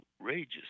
outrageous